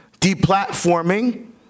deplatforming